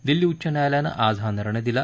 दिल्ली उच्च न्यायालयानं आज ही निर्णय दिला